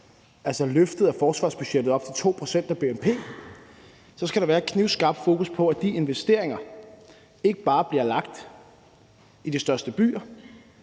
altså løftet af forsvarsbudgettet til op til 2 pct. af bnp, skal der være et knivskarpt fokus på, at de investeringer ikke bare bliver lagt i de største byer,